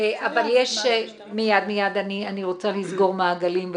אני רוצה לסגור מעגלים.